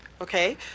Okay